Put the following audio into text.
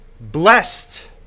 blessed